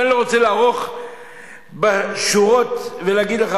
ואני לא רוצה להאריך בשורות ולהגיד לך